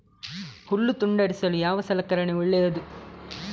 ಹುಲ್ಲು ತುಂಡರಿಸಲು ಯಾವ ಸಲಕರಣ ಒಳ್ಳೆಯದು?